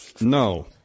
No